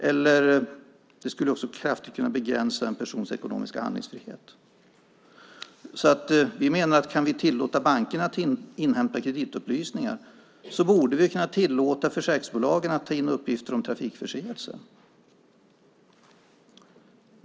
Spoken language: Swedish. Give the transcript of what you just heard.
Den skulle också kraftigt kunna begränsa en persons ekonomiska handlingsfrihet. Kan vi tillåta bankerna att inhämta kreditupplysningar borde vi kunna tillåta försäkringsbolagen att ta in uppgifter om trafikförseelser, menar vi.